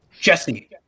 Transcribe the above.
Jesse